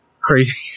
crazy